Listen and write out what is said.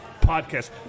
podcast